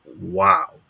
wow